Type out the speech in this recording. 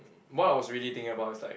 what I was really think about is like